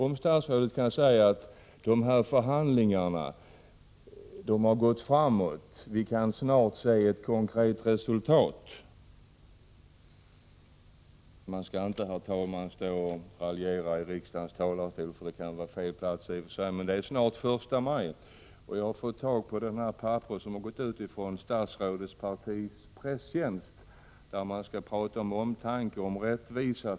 Kan statsrådet säga: ”Förhandlingarna har gått framåt, och vi kan snart se ett konkret resultat”? Herr talman! Man skall inte raljera i sådana här sammanhang, och riksdagens talarstol kanske är fel plats. Men snart är det första maj, och jag har fått tag på ett papper som har gått ut från statsrådets partis presstjänst, där det står att talen skall handla om omtanke och rättvisa.